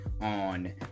on